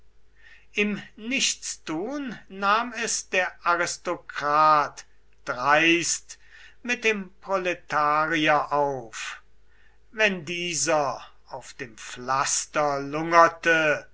im nichtstun nahm es der aristokrat dreist mit dem proletarier auf wenn dieser auf dem pflaster lungerte